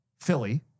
Philly